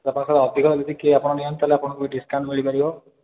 ଆପଣଙ୍କର ଅଧିକ ଯଦି କିଏ ଆପଣ ନିଅନ୍ତି ତା'ହେଲେ ଆପଣଙ୍କୁ ଡିସକାଉଣ୍ଟ୍ ମିଳିପାରିବ